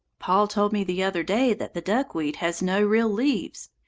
paul told me the other day that the duckweed has no real leaves.